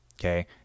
okay